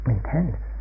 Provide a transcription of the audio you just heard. Intense